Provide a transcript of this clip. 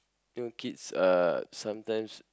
new kids are sometimes